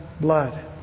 blood